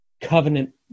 Covenant